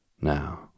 Now